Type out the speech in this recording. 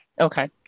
Okay